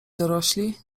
dorośli